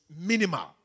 minimal